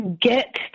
get